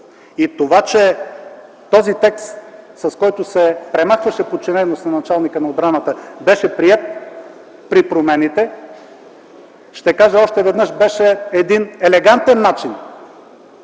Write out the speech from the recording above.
правомощия. Този текст, с който се премахваше подчинеността на началника на отбраната, беше приет при промените. Ще кажа още веднъж, че беше още един елегантен начин